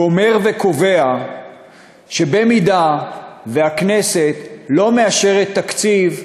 הוא אומר וקובע שבמידה שהכנסת לא מאשרת תקציב,